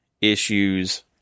issues